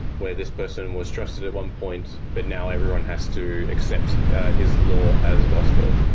where this person was trusted at one point, but now everyone has to accept his law as gospel.